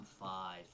five